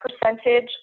percentage